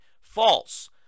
false